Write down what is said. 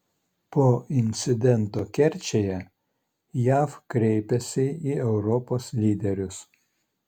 po incidento kerčėje jav kreipiasi į europos lyderius